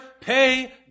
pay